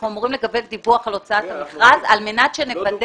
אנחנו אמורים לקבל דיווח על הוצאת המכרז על מנת שנוודא.